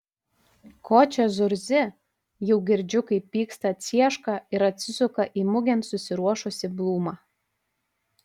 ko čia zurzi jau girdžiu kaip pyksta cieška ir atsisuka į mugėn susiruošusį blūmą